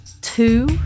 two